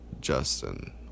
Justin